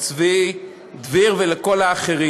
לצבי דביר ולכל האחרים.